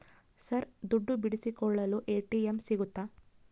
Sir ದುಡ್ಡು ಬಿಡಿಸಿಕೊಳ್ಳಲು ATM ಸಿಗುತ್ತಾ?